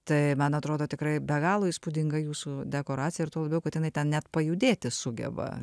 tai man atrodo tikrai be galo įspūdinga jūsų dekoracija ir tuo labiau kad jinai ten net pajudėti sugeba